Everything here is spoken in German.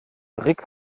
rick